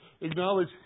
acknowledge